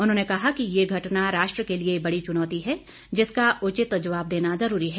उन्होंने कहा कि ये घटना राष्ट्र के लिए बड़ी चुनौती है जिसका उचित जवाब देना जरूरी है